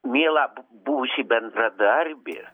mielą buvusį bendradarbį